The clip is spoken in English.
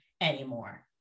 anymore